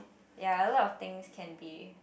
ya a lot of things can be